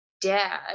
dad